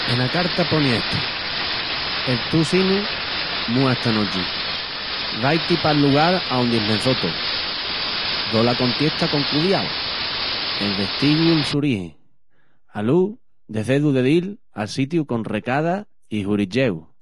Ena carta poni estu: "El tu sinu múa esta nochi. Vai-ti pal lugal aondi esmençó tó". Do la contiesta con cudiau: envestigu'l su origi, alúu decedu de dil al sitiu con recada i huricheu.